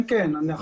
בוקר טוב.